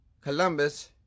Columbus